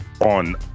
on